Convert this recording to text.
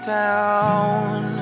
down